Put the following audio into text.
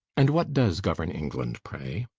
and what does govern england, pray?